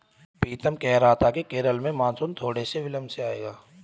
पीतम कह रहा था कि केरल में मॉनसून थोड़े से विलंब से आएगा